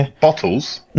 bottles